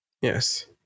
yes